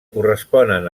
corresponen